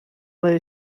leje